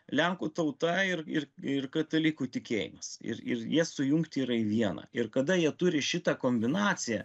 lenkų tauta ir ir ir katalikų tikėjimas ir ir jie sujungti yra į vieną ir kada jie turi šitą kombinaciją